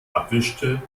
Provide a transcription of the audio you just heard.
abwischte